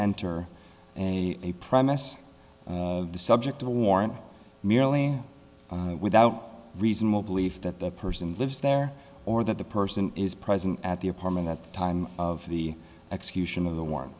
enter a a premise the subject of a warrant merely without reasonable belief that the person lives there or that the person is present at the apartment at the time of the execution of the war